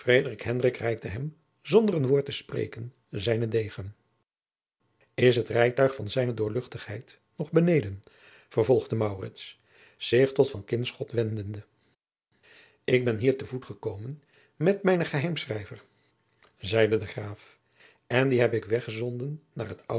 reikte hem zonder een woord te spreken zijnen degen is het rijtuig van zijne doorluchtigheid nog beneden vervolgde maurits zich tot van kinschot wendende ik ben hier te voet gekomen met mijnen geheimschrijver zeide de graaf en dien heb ik weggezonden naar het